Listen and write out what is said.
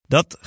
Dat